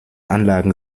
anlagen